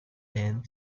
dan